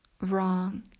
wrong